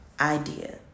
idea